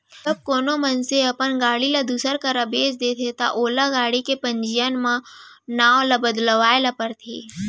जब कोनो मनसे ह अपन गाड़ी ल दूसर करा बेंच देथे ता ओला गाड़ी के पंजीयन म नांव ल बदलवाए ल परथे